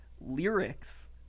lyrics